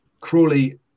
Crawley